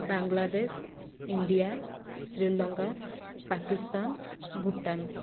Bangladesh India Sri Lanka Pakistan Bhutan